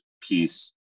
piece